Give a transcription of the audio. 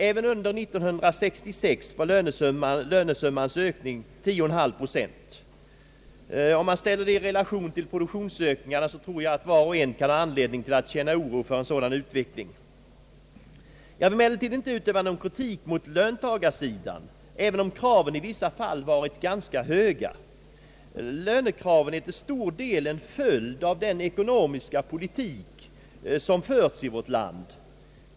Även under 1966 var lönesummans ökning 10,5 procent. Om man ställer den i relation till produktionsökningen, tror jag att var och en kan ha anledning att känna oro för en sådan utveckling. Jag vill emellertid inte utöva någon kritik mot löntagarsidan, även om kraven i vissa fall varit ganska höga. Lönekraven är till stor del en följd av den ekonomiska politik som förts i vårt land.